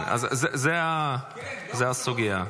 זו הסוגיה.